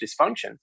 dysfunction